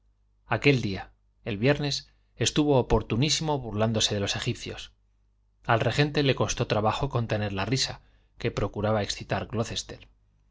aquel día el viernes estuvo oportunísimo burlándose de los egipcios al regente le costó trabajo contener la risa que procuraba excitar